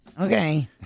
Okay